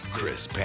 Chris